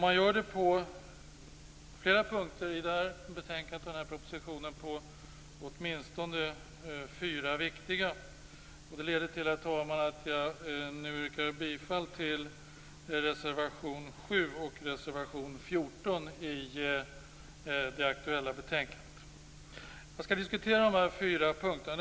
Man gör det på åtminstone fyra viktiga punkter i betänkandet och i proposition. Det leder till, herr talman, att jag nu yrkar bifall till reservation 7 och reservation 14 till det aktuella betänkandet. Jag skall diskutera de här fyra punkterna.